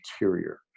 Interior